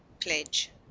pledge